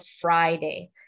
Friday